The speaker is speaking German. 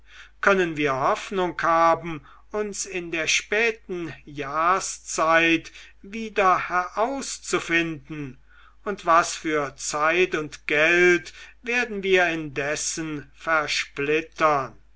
können wir hoffnung haben uns in der späten jahrszeit wieder herauszufinden und was für zeit und geld werden wir indessen versplittern